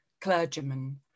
clergymen